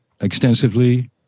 extensively